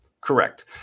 Correct